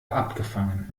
abgefangen